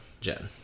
Jen